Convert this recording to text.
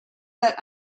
that